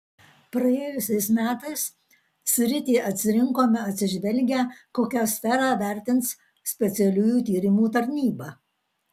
praėjusiais metais sritį atsirinkome atsižvelgę kokią sferą vertins specialiųjų tyrimų tarnyba